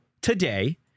today